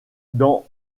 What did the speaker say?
dans